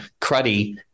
cruddy